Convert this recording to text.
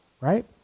right